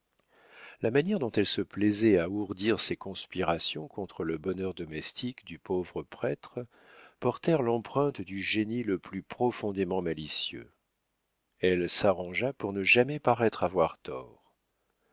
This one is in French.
la manière dont elle se plaisait à ourdir ses conspirations contre le bonheur domestique du pauvre prêtre portèrent l'empreinte du génie le plus profondément malicieux elle s'arrangea pour ne jamais paraître avoir tort